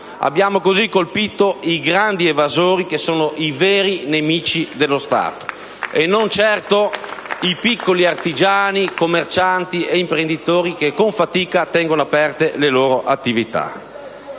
Abbiamo così colpito i grandi evasori, che sono i veri nemici dello Stato, e non certo i piccoli artigiani, i commercianti e gli imprenditori che con fatica tengono aperte le loro attività.